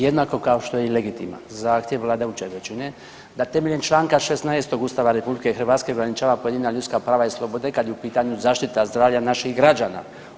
Jednako kao što je i legitiman zahtjev vladajuće većine da temeljem čl. 16 Ustava RH ograničava pojedina ljudska prava i slobode, kad je u pitanju zaštita zdravlja naših građana.